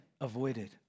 avoided